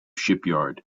shipyard